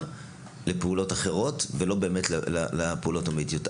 לפעולות אחרות ולא באמת לפעולות אמיתיות.